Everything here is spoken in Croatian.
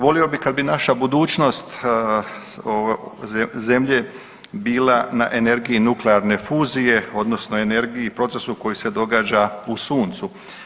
Volio bi kad bi naša budućnost zemlje bila na energiji nuklearne fuzije odnosno energiji, procesu koji se događa u suncu.